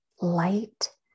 light